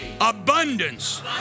abundance